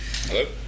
Hello